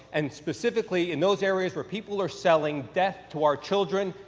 and specifically, in those areas where people are selling, death to our children,